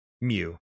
Mew